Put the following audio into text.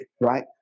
right